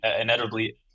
inevitably